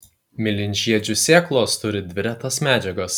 mėlynžiedžių sėklos turi dvi retas medžiagas